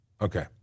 Okay